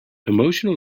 emotional